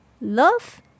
love